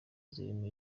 zirimo